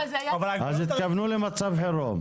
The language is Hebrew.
התכוונו למצב חירום.